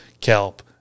kelp